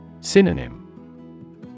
Synonym